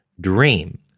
dream